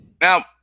Now